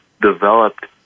developed